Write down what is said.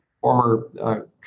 former